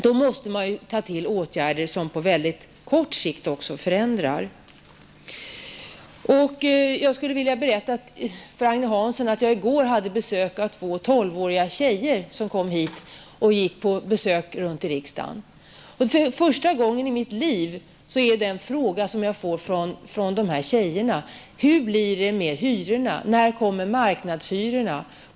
Då måste man ju sätta in åtgärder som på mycket kort sikt kan leda till förändringar. Jag vill berätta för Agne Hansson att jag i går hade besök av två tolvåriga flickor. För första gången i mitt liv upplevde jag att få dessa frågor från flickor i tolvårsåldern: Hur blir det med hyrorna? När införs marknadshyrorna?